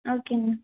ஓகேங்கண்ணா